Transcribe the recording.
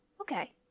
Okay